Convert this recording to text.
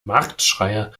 marktschreier